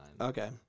Okay